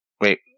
Wait